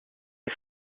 est